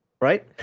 Right